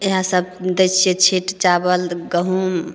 इहए सब दै छियै छीट चाबल गहुँम